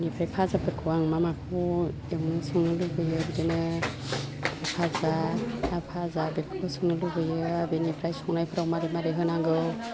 बिनिफ्राय फाजाफोरखौ आं मा माखौ एवनो संनो लुगैयो बिदिनो फाजा ना फाजा बेफोरखौ संनो लुगैयो बिनिफ्राय संनायफ्राव मारै मारै होनांगौ